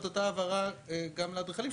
הסמכות תעבור למורשה להיתר.